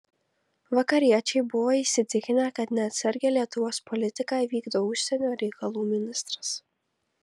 vakariečiai buvo įsitikinę kad neatsargią lietuvos politiką vykdo užsienio reikalų ministras